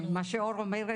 מה שאור אומרת,